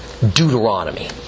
Deuteronomy